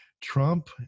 trump